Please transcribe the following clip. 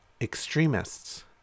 extremists